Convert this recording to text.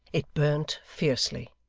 it burnt fiercely.